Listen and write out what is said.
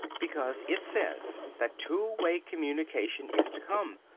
because it says that two-way communication is to come.